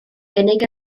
gynnig